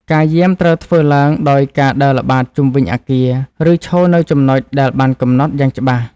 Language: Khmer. ការយាមត្រូវធ្វើឡើងដោយការដើរល្បាតជុំវិញអគារ ឬឈរនៅចំណុចដែលបានកំណត់យ៉ាងច្បាស់។